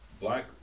black